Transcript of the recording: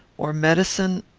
or medicine,